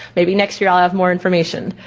maybe next year i'll have more information.